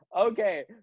Okay